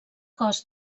cos